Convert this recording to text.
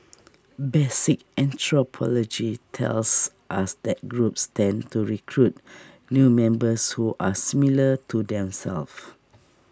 basic anthropology tells us that groups tend to recruit new members who are similar to themselves